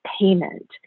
payment